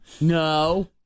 No